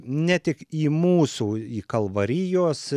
ne tik į mūsų į kalvarijos